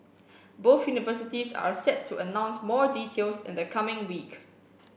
both universities are set to announce more details in the coming week